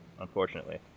unfortunately